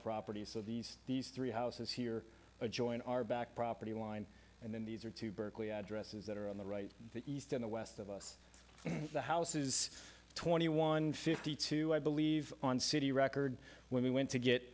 property so these these three houses here join our back property line and then these are two berkeley addresses that are on the right the east and the west of us the house is twenty one fifty two i believe on city record when we went to get